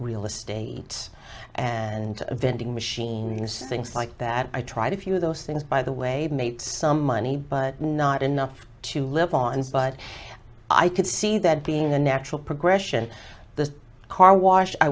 real estate and vending machines things like that i tried a few of those things by the way made some money but not enough to live on but i could see that being the natural progression the car wash i